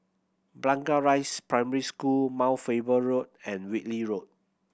Blangah Rise Primary School Mount Faber Road and Whitley Road